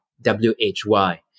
W-H-Y